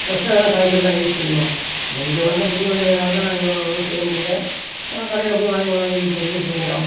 ஃப்ரெஷ்ஷா தான் காய்கறியெலாம் யூஸ் பண்ணிக்குவோம் நான் இங்கே வந்து குடிவந்ததுனால் தான் நான் இங்கே ஒன்றும் செய்யமுடியலை கடையில் போய் வாங்கி கொண்டாந்து ஈ பண்ணி யூஸ் பண்ணிக்கிறோம்